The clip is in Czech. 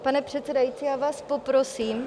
Pane předsedající, já vás poprosím.